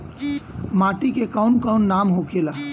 माटी के कौन कौन नाम होखे ला?